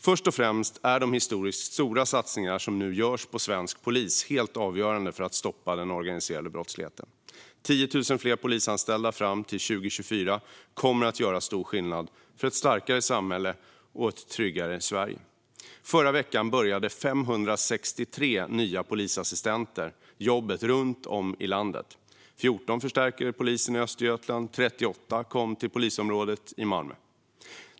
Först och främst är de historiskt stora satsningar som nu görs på svensk polis helt avgörande för att vi ska kunna stoppa den organiserade brottsligheten. 10 000 fler polisanställda fram till 2024 kommer att göra stor skillnad för ett starkare samhälle och ett tryggare Sverige. I förra veckan började 563 nya polisassistenter jobba runt om i landet - 14 förstärker polisen i Östergötland, och 38 kom till polisområdet i Malmö.